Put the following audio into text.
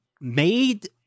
made